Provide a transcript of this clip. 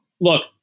look